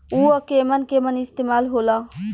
उव केमन केमन इस्तेमाल हो ला?